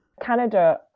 Canada